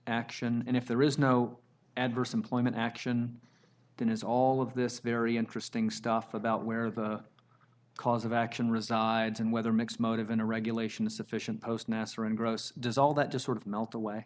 action and if there is no adverse employment action then has all of this very interesting stuff about where the cause of action resides and whether mixed motive in a regulation is sufficient post nasser and gross does all that to sort of melt away